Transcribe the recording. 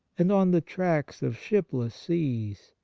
and on the tracts of shipless seas,